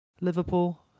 Liverpool